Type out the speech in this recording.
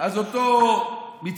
ואני אוהב את העיר.